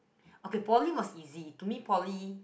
okay Poly was easy to me Poly